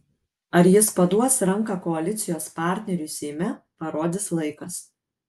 ar jis paduos ranką koalicijos partneriui seime parodys laikas